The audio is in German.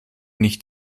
nicht